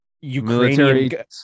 Ukrainian